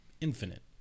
infinite